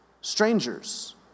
strangers